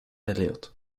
elliott